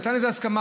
נתן לזה הסכמה,